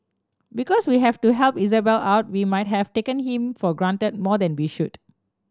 because we had to help Isabelle out we might have taken him for granted more than we should